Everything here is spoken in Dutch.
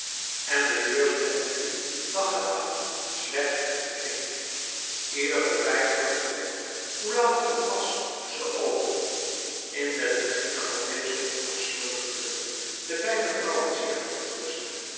en de deur stond nu dag en nacht slechts op de klink ieder voorbijganger kon hoe laat het ook was ze openen in den beginne had deze ongesloten deur de beide vrouwen zeer verontrust